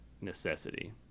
necessity